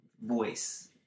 voice